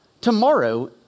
tomorrow